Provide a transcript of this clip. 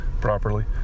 properly